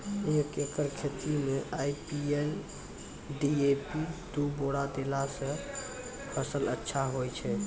एक एकरऽ खेती मे आई.पी.एल डी.ए.पी दु बोरा देला से फ़सल अच्छा होय छै?